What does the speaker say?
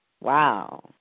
Wow